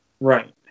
Right